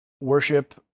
worship